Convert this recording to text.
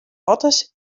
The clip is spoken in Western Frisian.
otters